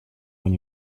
when